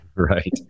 Right